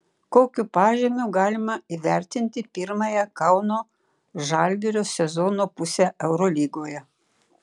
kokiu pažymiu galima įvertinti pirmąją kauno žalgirio sezono pusę eurolygoje